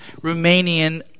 Romanian